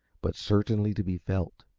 but certainly to be felt.